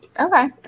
Okay